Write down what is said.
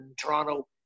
Toronto